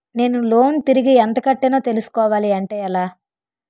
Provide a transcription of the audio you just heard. నేను లోన్ తిరిగి ఎంత కట్టానో తెలుసుకోవాలి అంటే ఎలా?